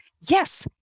yes